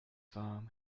farm